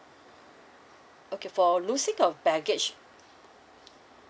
okay for losing of baggage